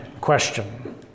question